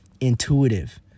intuitive